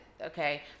okay